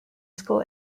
school